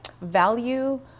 value